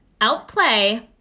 Outplay